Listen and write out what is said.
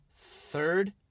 third